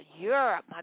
Europe